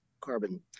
carbon